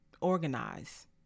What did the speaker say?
organize